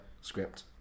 script